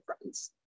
friends